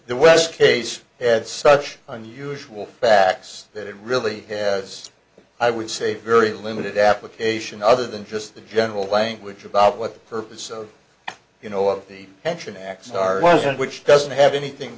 the west case had such unusual facts that it really has i would say very limited application other than just the general language about what the purpose of you know of the pension acts are was and which doesn't have anything